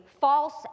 false